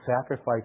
sacrifice